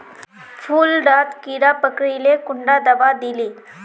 फुल डात कीड़ा पकरिले कुंडा दाबा दीले?